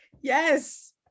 Yes